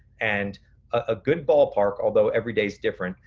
and a good ballpark, although every day is different,